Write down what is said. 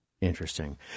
Interesting